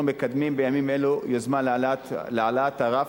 אנחנו מקדמים יוזמה להעלאת הרף